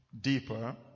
deeper